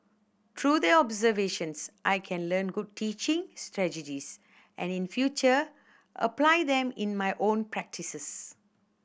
through the observations I can learn good teaching strategies and in future apply them in my own practices